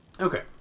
Okay